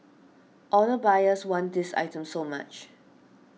all the buyers wanted these items so much